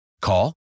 Call